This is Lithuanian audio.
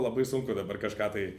labai sunku dabar kažką tai